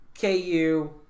KU